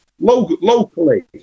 locally